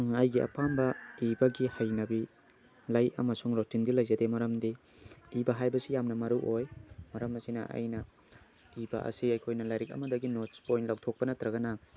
ꯑꯩꯒꯤ ꯑꯄꯥꯝꯕ ꯏꯕꯒꯤ ꯍꯩꯅꯕꯤ ꯂꯩ ꯑꯃꯁꯨꯡ ꯔꯧꯇꯤꯟꯗꯤ ꯂꯩꯖꯗꯦ ꯃꯔꯝꯗꯤ ꯏꯕ ꯍꯥꯏꯕꯁꯤ ꯌꯥꯝꯅ ꯃꯔꯨ ꯑꯣꯏ ꯃꯔꯝ ꯑꯁꯤꯅ ꯑꯩꯅ ꯏꯕ ꯑꯁꯤ ꯑꯩꯈꯣꯏꯅ ꯂꯥꯏꯔꯤꯛ ꯑꯃꯗꯒꯤ ꯅꯣꯠꯁ ꯄꯣꯏꯟꯠ ꯂꯧꯊꯣꯛꯄ ꯅꯠꯇ꯭ꯔꯒꯅ